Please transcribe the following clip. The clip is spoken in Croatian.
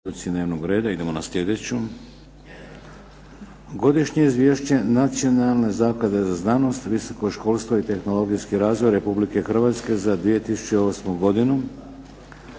je Izvješće o radu Nacionalne zaklade za znanost, visoko školstvo i tehnologijski razvoj Republike Hrvatske za proteklu